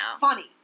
funny